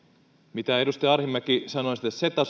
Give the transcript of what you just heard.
mitä edustaja arhinmäki sanoi ceta